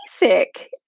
basic